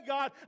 God